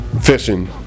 fishing